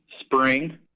spring